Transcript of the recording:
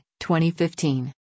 2015